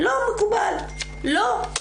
לא מקובל, לא.